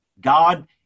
God